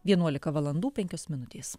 vienuolika valandų penkios minutės